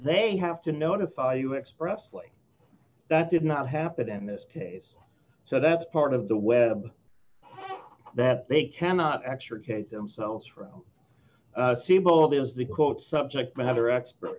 they have to notify you expressly that did not happen in this case so that's part of the web that they cannot extricate themselves from simple it is the quote subject matter expert